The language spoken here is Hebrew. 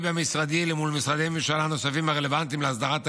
במשרדי ומול משרדי ממשלה נוספים הרלוונטיים להסדרת ההילולה.